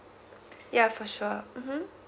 yeah for sure um